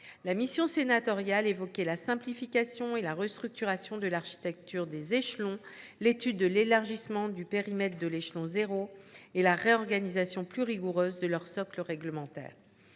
La mission sénatoriale évoquait ainsi la simplification et la restructuration de l’architecture des échelons, l’étude de l’élargissement du périmètre de l’échelon zéro et la réorganisation plus rigoureuse de leur socle réglementaire.